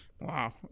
Wow